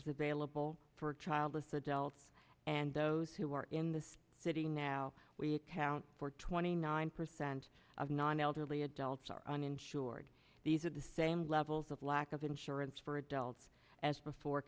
is available for childless adults and those who are in this city now we account for twenty nine percent of non elderly adults are uninsured these are the same levels of lack of insurance for adults as before